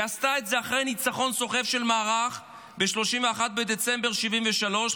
היא עשתה את זה אחרי ניצחון סוחף של המערך ב-31 בדצמבר 1973,